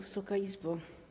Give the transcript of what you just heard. Wysoka Izbo!